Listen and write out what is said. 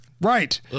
Right